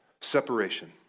Separation